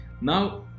Now